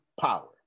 power